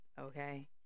okay